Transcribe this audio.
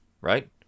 Right